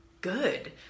good